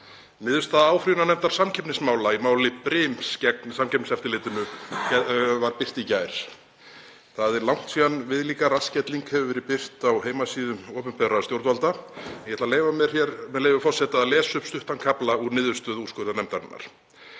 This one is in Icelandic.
Niðurstaða áfrýjunarnefndar samkeppnismála í máli Brims gegn Samkeppniseftirlitinu var birt í gær. Það er langt síðan viðlíka rassskelling hefur verið birt á heimasíðu opinberra stjórnvalda. Ég ætla að leyfa mér, með leyfi forseta, að lesa upp stuttan kafla úr niðurstöðu úrskurðarnefndarinnar: